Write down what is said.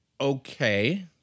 Okay